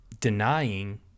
denying